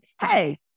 hey